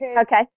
Okay